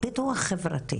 מה בדיוק יש בתוכנית?